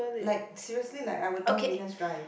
like seriously like I would know Venus Drive